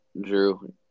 Drew